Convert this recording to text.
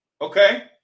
okay